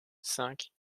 cinq